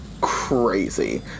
crazy